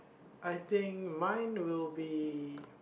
I think mine will be